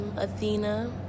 Athena